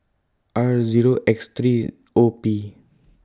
R Zero X three O P